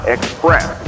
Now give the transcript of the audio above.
Express